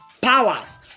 powers